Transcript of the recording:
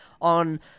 on